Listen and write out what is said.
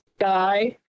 guy